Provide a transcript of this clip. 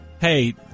hey